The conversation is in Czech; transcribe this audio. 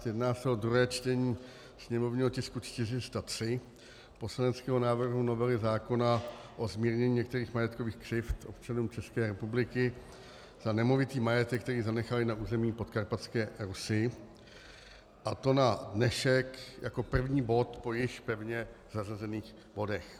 Jedná se o druhé čtení sněmovního tisku 403, poslaneckého návrhu novely zákona o zmírnění některých majetkových křivd občanům České republiky za nemovitý majetek, který zanechali na území Podkarpatské Rusi, a to na dnešek jako první bod po již pevně zařazených bodech.